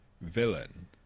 villain